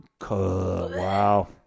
Wow